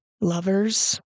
lovers